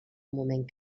moment